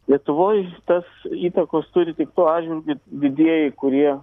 lietuvoj tas įtakos turi tik tuo atžvilgiu didieji kurie